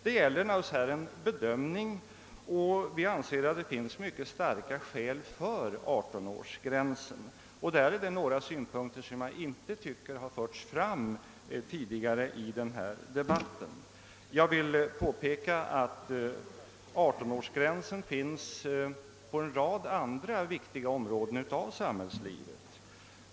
Här gäller det naturligtvis en bedömning, och vi anser att det finns mycket starka skäl för 18 årsgränsen. Utöver vad som redan anförts skulle jag vilja framhålla följande.